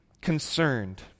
concerned